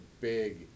big